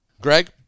Greg